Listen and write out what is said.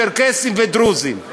צ'רקסים ודרוזים.